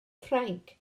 ffrainc